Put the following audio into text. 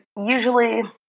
usually